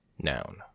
noun